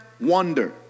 Wonder